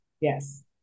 Yes